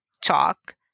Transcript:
talk